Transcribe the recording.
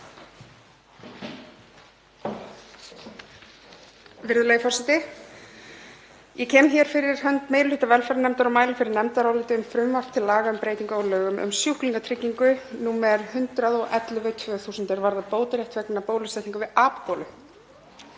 Virðulegi forseti. Ég kem hér fyrir hönd meiri hluta velferðarnefndar og mæli fyrir nefndaráliti um frumvarp til laga um breytingu á lögum um sjúklingatryggingu, nr. 111/2000, er varðar bótarétt vegna bólusetningar við apabólu.